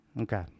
Okay